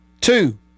Two